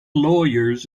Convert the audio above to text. lawyers